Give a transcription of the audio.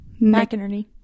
McInerney